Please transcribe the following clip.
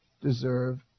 deserve